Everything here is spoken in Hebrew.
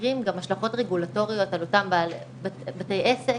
מהמקרים גם השלכות רגולטוריות על אותם בתי עסק,